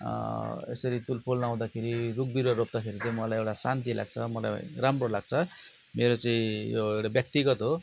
यसरी तुलफुल लाउँदाखेरि रुख बिरुवा रोप्दाखेरि चाहिँ मलाई एउटा शान्ति लाग्छ मलाई राम्रो लाग्छ मेरो चाहिँ यो एउटा व्यक्तिगत हो